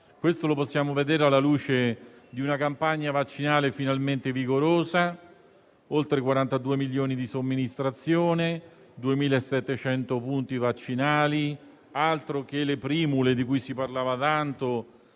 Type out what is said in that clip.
nette, come possiamo vedere alla luce di una campagna vaccinale finalmente vigorosa: oltre 42 milioni di somministrazioni, 2.700 punti vaccinali - altro che "le Primule", di cui si parlava tanto,